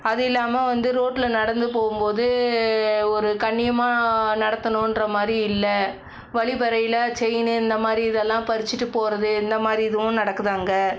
அதுவும் இல்லாமல் வந்து ரோட்டில் நடந்து போகும் போது ஒரு கண்ணியமாக நடத்தணும்ன்ற மாதிரி இல்லை வழிப்பறியில் செயினு இந்த மாதிரி இதெல்லாம் பறிச்சிகிட்டு போகிறது இந்த மாதிரி இதுவும் நடக்குது அங்கே